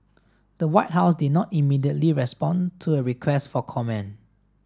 the White House did not immediately respond to a request for comment